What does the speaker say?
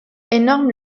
énorme